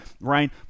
right